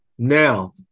Now